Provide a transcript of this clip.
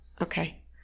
Okay